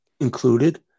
Included